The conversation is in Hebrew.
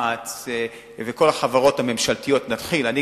מע"צ וכל החברות הממשלתיות לא נתחיל,